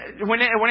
whenever